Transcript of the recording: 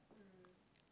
<S<